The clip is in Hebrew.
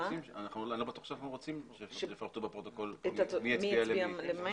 לא בטוח שאנחנו רוצים שיפרטו בפרוטוקול מי הצביע למי.